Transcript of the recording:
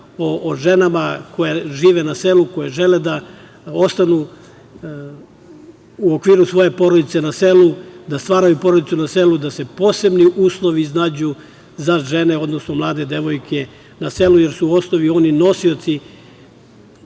o ženama koje žive na selu, koje žele da ostanu u okviru svoje porodice na selu, da stvaraju porodicu na selu, da se posebni uslovi iznađu za žene, odnosno mlade devojke na selu, jer su u osnovi one nosioci